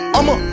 I'ma